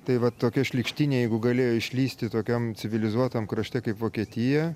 tai va tokia šlykštynė jeigu galėjo išlįsti tokiam civilizuotam krašte kaip vokietija